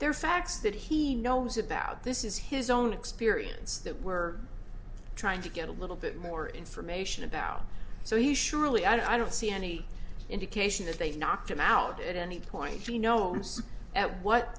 are facts that he knows about this is his own experience that we're trying to get a little bit more information about so he surely i don't see any indication that they knocked him out at any point you know at what